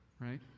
Right